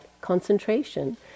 concentration